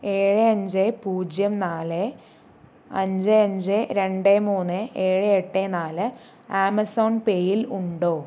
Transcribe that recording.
ഏഴ് അഞ്ച് പൂജ്യം നാല് അഞ്ച് അഞ്ച് രണ്ട് മൂന്ന് ഏഴ് എട്ട് നാല് ആമസോൺ പേയിൽ ഉണ്ടോ